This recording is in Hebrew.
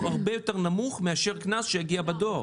הרבה יותר נמוך מאשר קנס שיגיע בדואר.